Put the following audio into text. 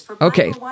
Okay